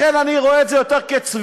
לכן אני רואה את זה יותר כצביעות,